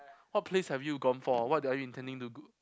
what plays have you gone for what are you intending to go